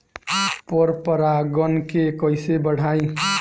पर परा गण के कईसे बढ़ाई?